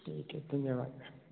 ठीक है धन्यवाद मैम